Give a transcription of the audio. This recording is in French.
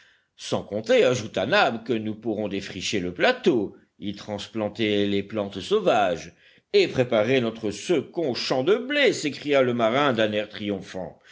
sans compter ajouta nab que nous pourrons défricher le plateau y transplanter les plantes sauvages et préparer notre second champ de blé s'écria le marin d'un air triomphant